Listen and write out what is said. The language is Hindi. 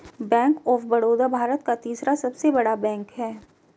बैंक ऑफ़ बड़ौदा भारत का तीसरा सबसे बड़ा बैंक हैं